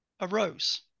arose